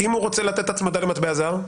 אם הוא רוצה לתת הצמדה במטבע זר?